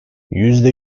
yüzde